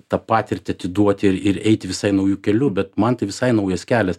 tą patirtį atiduoti ir ir eiti visai nauju keliu bet man tai visai naujas kelias